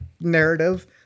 narrative